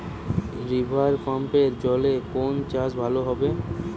রিভারপাম্পের জলে কোন চাষ ভালো হবে?